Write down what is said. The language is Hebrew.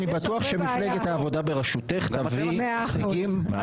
בטוח שמפלגת העבודה בראשותך תביא הישגים.